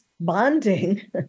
bonding